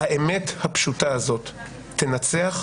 האמת הפשוטה הזאת תנצח.